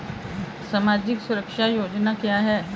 सामाजिक सुरक्षा योजना क्या है?